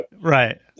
Right